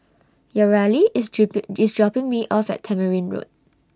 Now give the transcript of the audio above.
Yareli IS dripping IS dropping Me off At Tamarind Road